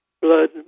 Blood